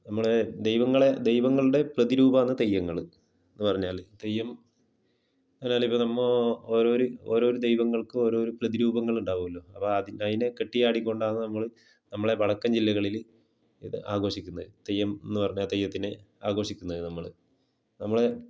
നമ്മളെ ദൈവങ്ങളെ ദൈവങ്ങളുടെ പ്രതിരൂപാന്ന് തെയ്യങ്ങൾ എന്ന് പറഞ്ഞാൽ തെയ്യം പറഞ്ഞാൽ ഇപ്പം നമ്മൾ ഒരോരു ഓരോരു ദൈവങ്ങൾക്ക് ഓരോരോ പ്രതിരൂപങ്ങളുണ്ടാവുവല്ലോ അപ്പം അതിനെ കെട്ടിയാടി കൊണ്ടാന്ന് നമ്മൾ നമ്മളെ വടക്കൻ ജില്ലകളിൽ ആഘോഷിക്കുന്നത് തെയ്യംന്ന് പറഞ്ഞാൽ തെയ്യത്തിന് ആഘോഷിക്കുന്നത് നമ്മൾ നമ്മൾ